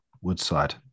Woodside